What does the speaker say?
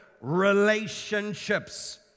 relationships